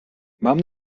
mam